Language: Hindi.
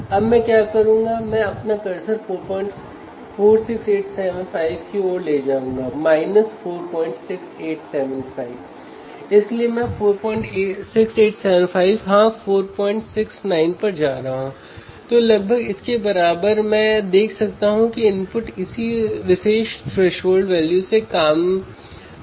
अब V1 पर 05 वोल्ट और V2 पर 1 वोल्ट लागू करते हैं